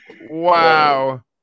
Wow